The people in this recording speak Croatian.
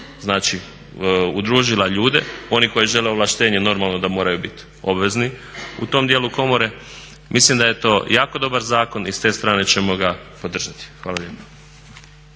znači udružila ljude. Oni koji žele ovlaštenje normalno da moraju bit obvezni u tom dijelu komore. Mislim da je to jako dobar zakon i s te strane ćemo ga podržati. Hvala lijepo.